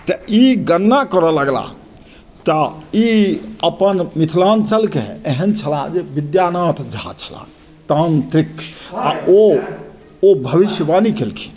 तऽ ई गणना करय लगला तऽ ई अपन मिथिलाञ्चल के एहन छलाह जे विद्यानाथ झा छलाह तांत्रिक आ ओ भविष्यवाणी केलखिन